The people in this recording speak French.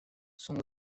sont